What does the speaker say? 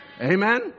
Amen